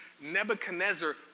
Nebuchadnezzar